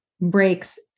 breaks